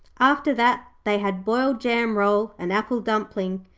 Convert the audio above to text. after that they had boiled jam-roll and apple-dumpling,